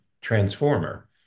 Transformer